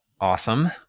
Awesome